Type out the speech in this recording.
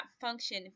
function